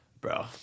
Bro